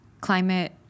climate